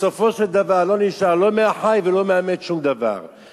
בסופו של דבר לא נשאר לא מהחי ולא מהמת שום דבר,